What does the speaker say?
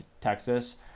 texas